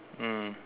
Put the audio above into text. mm